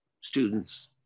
students